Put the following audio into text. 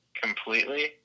completely